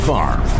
Farm